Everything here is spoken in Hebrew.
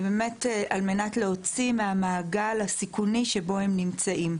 ובאמת על מנת להוציא מהמעגל הסיכוני שבו הם נמצאים.